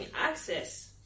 access